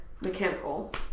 mechanical